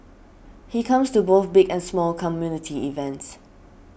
he comes to both big and small community events